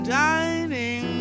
dining